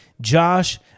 Josh